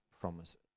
promises